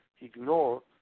ignore